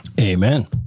Amen